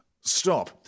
Stop